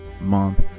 month